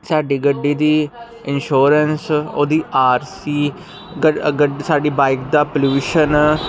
ਸਾਡੀ ਗੱਡੀ ਦੀ ਇਨਸ਼ੋਰੈਂਸ ਉਹਦੀ ਆਰਸੀ ਗੱਡੀ ਸਾਡੀ ਬਾਈਕ ਦਾ ਪੋਲਿਊਸ਼ਨ